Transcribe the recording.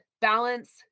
balance